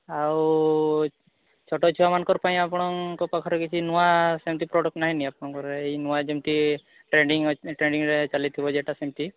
ଆଉ ଛୋଟ ଛୁଆମାନଙ୍କର ପାଇଁ ଆଉ କ'ଣ ଆପଣଙ୍କ ପାଖରେ କିଛି ନୂଆ ସେମିତି ପ୍ରଡ଼କ୍ଟ ନାହିଁନା ଆପଣଙ୍କର ଏଇ ନୂଆ ଯେମିତି ଟ୍ରେଣ୍ଡିଙ୍ଗ୍ ଟ୍ରେଣ୍ଡିଙ୍ଗ୍ରେ ଚାଲିଥିବ ଯେଉଁଟା ସେମିତି